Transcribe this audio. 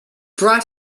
brought